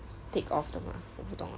take off 的吗我不懂 lah